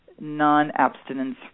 non-abstinence